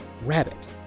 Rabbit